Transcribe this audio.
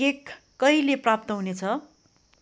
cake कहिले प्राप्त हुनेछ